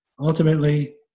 ultimately